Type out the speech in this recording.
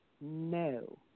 No